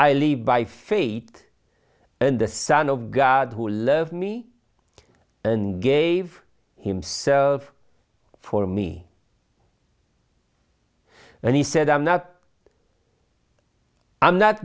live by faith in the son of god who loved me and gave himself for me and he said i'm not i'm not